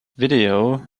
video